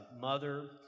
mother